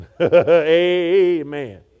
amen